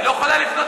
היא לא יכולה לפנות,